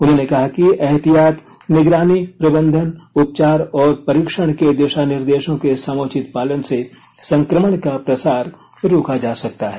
उन्होंने कहा कि एहतियात निगरानी प्रबंधन उपचार और परीक्षण के दिशा निर्देशों के समुचित पालन से संक्रमण का प्रसार रोका जा सकता है